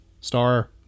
Star-